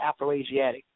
Afroasiatic